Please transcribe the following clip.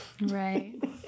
Right